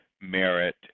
merit